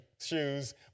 shoes